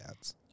ads